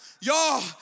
y'all